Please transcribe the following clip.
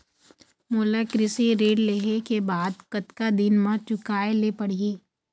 मोला कृषि ऋण लेहे के बाद कतका दिन मा चुकाए ले पड़ही?